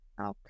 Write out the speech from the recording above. Okay